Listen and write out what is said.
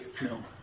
no